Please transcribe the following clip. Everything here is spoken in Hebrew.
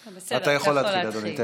אתה יכול להתחיל, אדוני.